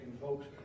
folks